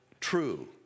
true